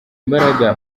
imbaraga